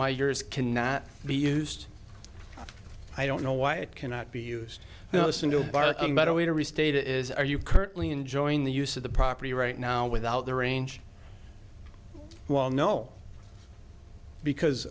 why yours cannot be used i don't know why it cannot be used by a better way to restate it is are you currently enjoying the use of the property right now without the range well no because